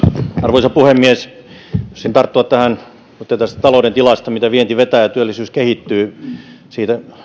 arvoisa puhemies voisin tarttua tähän kun sanoitte tästä talouden tilasta miten vienti vetää ja työllisyys kehittyy siitä